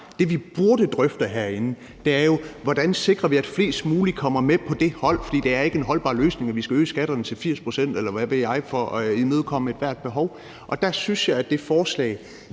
Det, vi burde drøfte herinde, er jo, hvordan vi sikrer, at flest mulige kommer med på det hold, for det er ikke en holdbar løsning, at vi skal øge skatterne til 80 pct., eller hvad ved jeg, for at imødekomme ethvert behov. Der synes jeg, at det forslag